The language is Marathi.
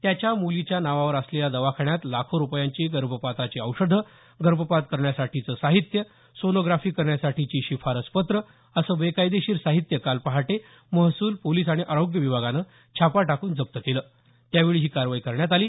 त्याच्या मुलीच्या नावावर असलेल्या दवाखान्यात लाखो रुपयांची गर्भपाताची आैषधं गर्भपात करण्यासाठीचं साहित्य सोनोग्राफी करण्यासाठीची शिफारस पत्रं असं बेकायदेशीर साहित्य काल पहाटे महसूल पोलीस आणि आरोग्य विभागानं छापा टाकून जप्त केलं त्यावेळी ही कारवाई करण्यात आली